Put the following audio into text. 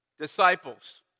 Disciples